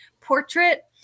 portrait